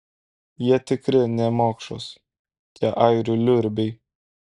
jie tikri nemokšos tie airių liurbiai